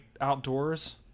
outdoors